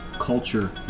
culture